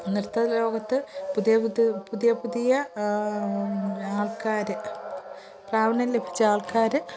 നൃത്തലോകത്ത് പുതിയ പുതിയ പുതിയ ആൾക്കാർ പ്രാവീണ്യം ലഭിച്ച ആൾക്കാർ